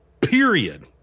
period